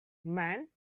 man